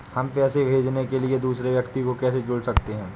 हम पैसे भेजने के लिए दूसरे व्यक्ति को कैसे जोड़ सकते हैं?